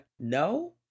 no